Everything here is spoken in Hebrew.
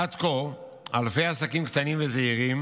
עד כה אלפי עסקים קטנים וזעירים